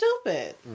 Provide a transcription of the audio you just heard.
stupid